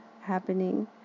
happening